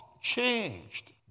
changed